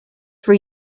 for